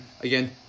again